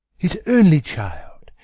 his only child.